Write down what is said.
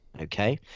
Okay